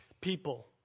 people